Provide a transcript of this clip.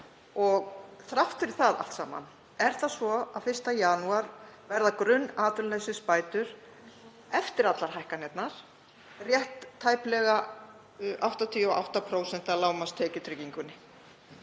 og þrátt fyrir það allt saman er það svo að 1. janúar verða grunnatvinnuleysisbætur, eftir allar hækkanirnar, rétt tæplega 88% af lágmarkstekjutryggingunni.